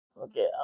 Okay